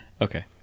Okay